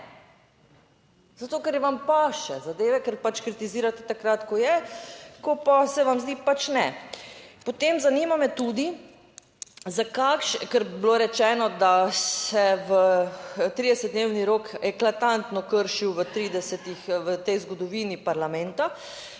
zato, ker vam paše zadeve, ker pač kritizirate takrat, ko je, ko pa se vam zdi pač ne. Potem zanima me tudi zakaj, ker je bilo rečeno, da se v 30-dnevni rok eklatantno kršil v 30-ih v tej zgodovini parlamenta